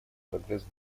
прогресс